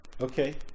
Okay